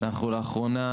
אנחנו לאחרונה